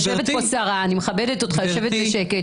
יושבת פה שרה, אני מכבדת אותך, יושבת בשקט.